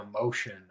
emotion